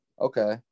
Okay